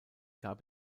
gab